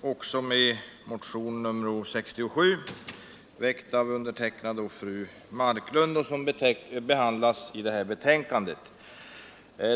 också med motionen 69, väckt av fru Marklund och mig, som behandlas i detta betänkande.